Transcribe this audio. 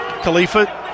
Khalifa